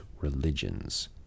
religions